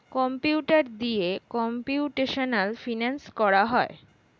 computer দিয়ে computational finance করা হয়